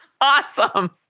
Awesome